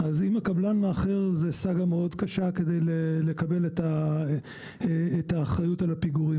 אם הקבלן מאחר זה סאגה מאוד קשה כדי לקבל את האחריות על הפיגורים,